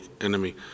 enemy